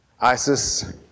ISIS